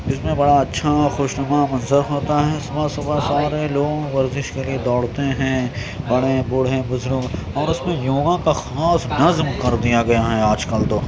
جس میں بڑا اچھا خوشنما منظر ہوتا ہے صبح صبح سارے لوگ ورزش کے لیے دوڑتے ہیں بڑے بوڑھے بزرگ اور اس میں یوگا کا خاص نظم کر دیا گیا ہے آج کل تو